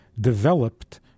developed